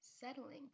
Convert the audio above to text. settling